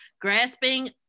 grasping